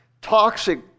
toxic